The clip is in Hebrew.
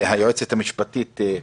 נכון שכספים נמצאים בוועדת הכספים,